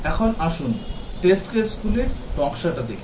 এখন আসুন test case গুলির নকশাটি দেখি